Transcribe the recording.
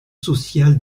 social